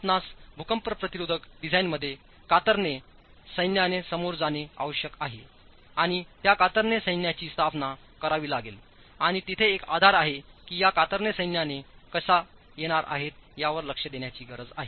आपणास भूकंप प्रतिरोधक डिझाइनमध्ये कातरणे शक्ती सामोरे जाणे आवश्यक आहे आणि त्या कातरणे शक्तीची स्थापना करावी लागेल आणि तेथे एक आधार आहे की या कातरणे सैन्याने कशा येणार आहेत यावर लक्ष देण्याची गरज आहे